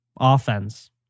offense